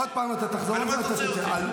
עוד פעם אתה תחזור על זה, אתה תצא.